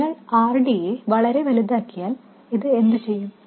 എന്നാൽ നിങ്ങൾ RD യെ വളരെ വലുതാക്കിയാൽ ഇത് എന്തുചെയ്യും